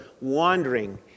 wandering